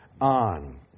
on